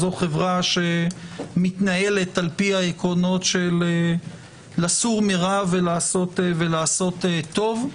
חברה שמתנהלת לפי העקרונות של לסור מרע ולעשות טוב.